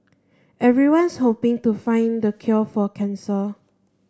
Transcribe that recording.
everyone's hoping to find the cure for cancer